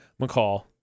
McCall